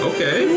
Okay